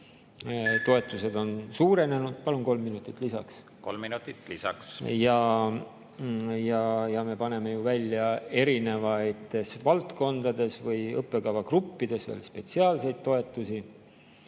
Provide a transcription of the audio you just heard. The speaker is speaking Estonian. Toetused on suurenenud … Palun kolm minutit lisaks. Kolm minutit lisaks. … ja me paneme ju erinevates valdkondades või õppekavagruppides välja spetsiaalseid toetusi.